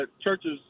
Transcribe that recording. churches